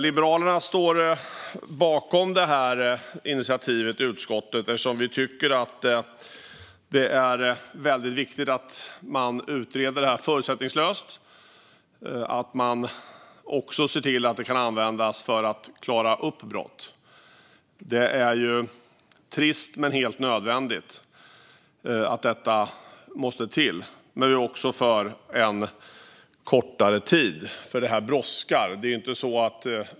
Liberalerna står bakom initiativet i utskottet, eftersom vi tycker att det är väldigt viktigt att man utreder det här förutsättningslöst och ser till att det kan användas för att klara upp brott. Det är trist men helt nödvändigt att detta måste till. Men vi är också för en kortare tid, för detta brådskar.